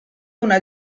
una